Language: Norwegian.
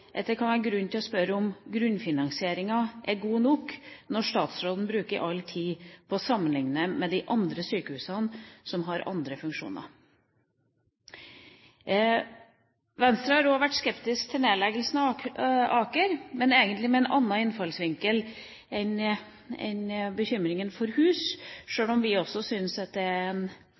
kan være grunn til å spørre om grunnfinansieringa er god nok, når statsråden bruker all tid på å sammenlikne med de andre sykehusene som har andre funksjoner. Venstre har også vært skeptisk til nedleggelsen av Aker, men egentlig med en annen innfallsvinkel enn bekymringa for hus, sjøl om vi også syns at det er